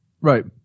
Right